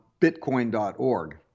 bitcoin.org